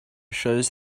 shows